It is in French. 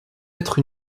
être